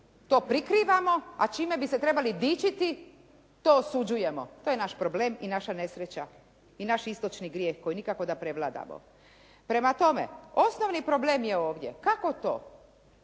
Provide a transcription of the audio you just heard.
to prikrivamo a čime bi se trebali dičiti to osuđujemo. To je naš problem i naša nesreća i naš istočni grijeh koji nikako da prevladamo. Prema tome osnovni problem je ovdje kako to